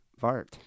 Vart